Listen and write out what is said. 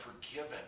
forgiven